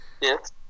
Yes